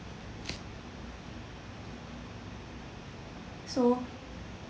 so